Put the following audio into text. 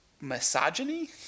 misogyny